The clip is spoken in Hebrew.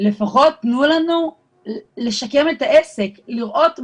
לפחות תנו לנו לשקם את העסק, לראות משהו,